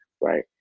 right